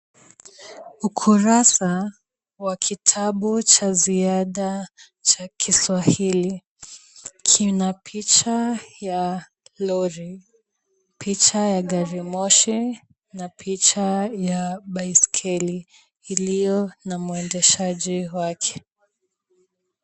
Ukurasa wa kitabu cha ziada cha Kiswahili. Kina picha ya lori, picha ya garimoshi na picha ya baiskeli iliyo na mwendeshaji wake.